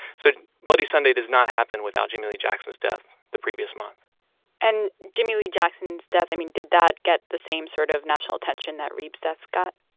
so bloody sunday does not happen without jimmie lee jackson's death the previous month and jimmie lee jackson's death, i mean, did that get the same sort of national attention that reeb's death got?